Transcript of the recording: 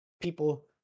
people